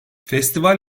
festival